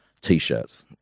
T-shirts